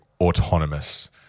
autonomous